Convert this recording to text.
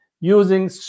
using